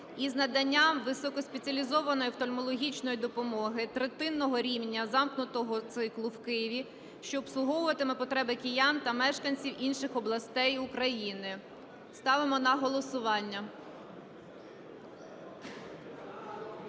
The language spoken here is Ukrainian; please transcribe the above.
із надання високоспеціалізованої офтальмологічної допомоги третинного рівня замкнутого циклу в Києві, що обслуговуватиме потреби киян та мешканців інших областей України. Ставимо на голосування.